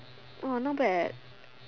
orh not bad